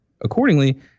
Accordingly